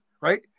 Right